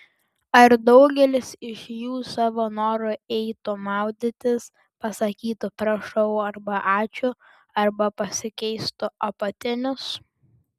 ar daugelis iš jų savo noru eitų maudytis pasakytų prašau arba ačiū arba pasikeistų apatinius